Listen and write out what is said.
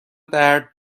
درد